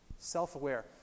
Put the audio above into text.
Self-aware